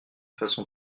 façon